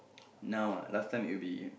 now ah last time it would be